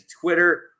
Twitter